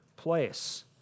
place